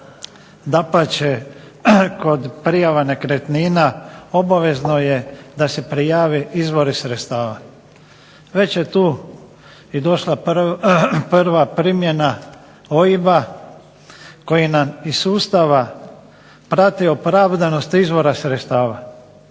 Dapače, kod prijava nekretnina obavezno je da se prijave izvori sredstava. Već je tu došla i prva primjena OIB-a koji nam iz sustava prati opravdanost izvora sredstava.